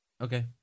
Okay